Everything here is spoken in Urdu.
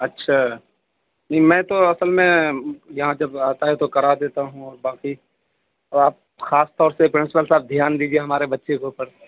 اچھا میں تو اصل میں یہاں جب آتا ہے تو کرا دیتا ہوں اور باقی آپ خاص طور سے پرینسپل صاحب دھیان دیجیے ہمارے بچے کے اوپر